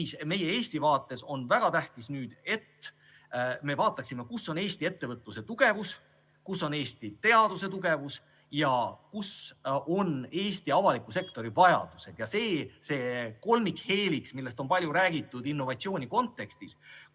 Meie, Eesti vaates on väga tähtis, et me vaatasime, kus on Eesti ettevõtluse tugevus, kus on Eesti teaduse tugevus ja kus on Eesti avaliku sektori vajadused. See on kolmikheeliks, millest on innovatsiooni kontekstis